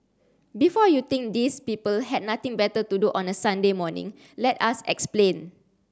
before you think these people had nothing better to do on a Sunday morning let us explain